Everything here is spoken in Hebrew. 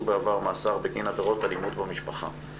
בעבר מאסר בגין עבירות אלימות במשפחה.